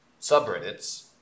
subreddits